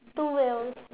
two wheel